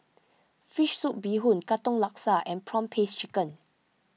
Fish Soup Bee Hoon Katong Laksa and Prawn Paste Chicken